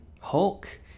Hulk